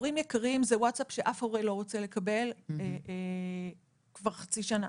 "הורים יקרים" זו הודעת וואטסאפ שאף הורה לא רוצה לקבל כבר חצי שנה.